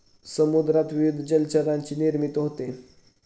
समुद्रात विविध जलचरांची निर्मिती होते